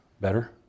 Better